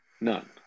None